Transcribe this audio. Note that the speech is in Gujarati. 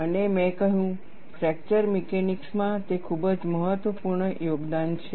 અને મેં કહ્યું ફ્રેકચર મિકેનિક્સમાં તે ખૂબ જ મહત્વપૂર્ણ યોગદાન છે